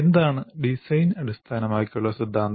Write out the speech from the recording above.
എന്താണ് ഡിസൈൻ അടിസ്ഥാനമാക്കിയുള്ള സിദ്ധാന്തം